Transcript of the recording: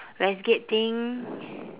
westgate thing